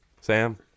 Sam